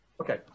Okay